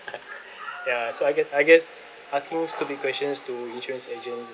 ya so I guess I guess asking stupid questions to insurance agents